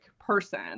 person